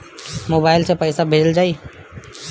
Mobile से पैसा कैसे भेजल जाइ?